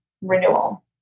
renewal